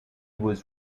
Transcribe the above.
was